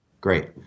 Great